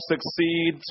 succeed